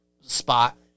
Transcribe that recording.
spot